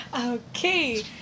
okay